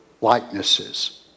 likenesses